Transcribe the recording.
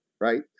right